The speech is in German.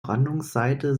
brandungsseite